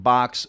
Box